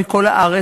מכל הארץ,